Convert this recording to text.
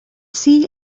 suí